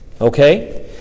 okay